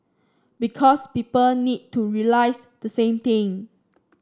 because people need to realise the same thing